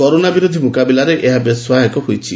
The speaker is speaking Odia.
କରୋନା ବିରୋଧୀ ମୁକାବିଲାରେ ଏହା ବେଶ୍ ସହାୟକ ହୋଇଛି